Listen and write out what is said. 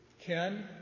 Ken